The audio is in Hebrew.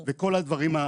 כן.